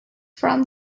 from